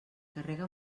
carrega